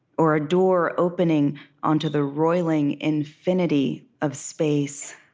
or a door opening onto the roiling infinity of space.